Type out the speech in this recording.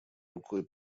рукой